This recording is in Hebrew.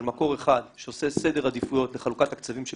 מקור אחד שעושה סדר עדיפויות לחלוקת תקציבים של